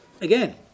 again